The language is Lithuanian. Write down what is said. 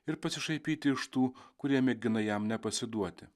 ir pasišaipyti iš tų kurie mėgina jam nepasiduoti